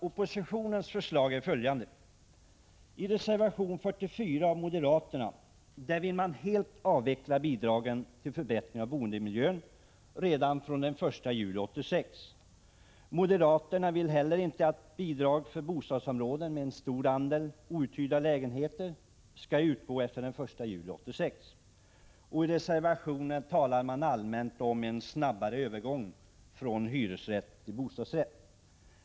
Oppositionens förslag är följande. Reservation 44 av moderaterna vill helt avveckla bidragen till förbättring av boendemiljön redan från den 1 juli 1986. Moderaterna vill heller inte att bidrag för bostadsområden med stor andel outhyrda lägenheter skall utgå efter den 1 juli 1986. I reservationen talas bl.a. om en snabbare övergång från hyresrätt till bostadsrätt.